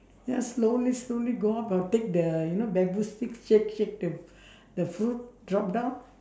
ya slowly slowly go up I'll take the you know bamboo stick shake shake the fruit drop down